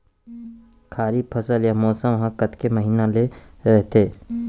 खरीफ फसल या मौसम हा कतेक महिना ले रहिथे?